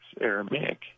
Aramaic